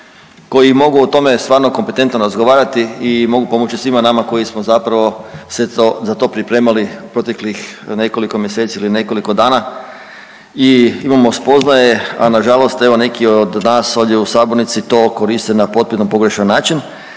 koji mogu o tome stvarno kompetentno razgovarati i mogu pomoći svima nama koji smo zapravo se to, za to pripremali proteklih nekoliko mjeseci ili nekoliko dana i imamo spoznaje, a nažalost evo neki od danas ovdje u sabornici to koriste na potpuno pogrešan način